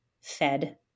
fed